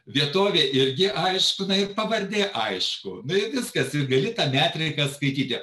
vietovė irgi aišku na ir pavardė aišku na ir viskas gali metrikas skaityti